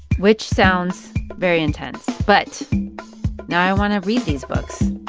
which sounds very intense. but now i want to read these books.